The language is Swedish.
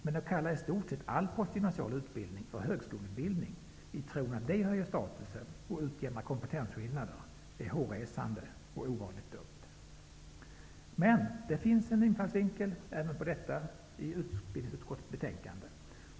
Men att kalla i stort sett all postgymnasial utbildning för högskoleutbildning i tron att det höjer statusen och utjämnar kompetensskillnader är hårresande och ovanligt dumt. Men det finns en infallsvinkel även på detta i utbildningsutskottets betänkande.